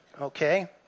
Okay